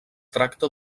tracta